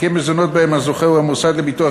תיקי מזונות שבהם הזוכה הוא המוסד לביטוח